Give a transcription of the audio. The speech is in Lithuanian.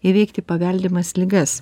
įveikti paveldimas ligas